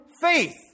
faith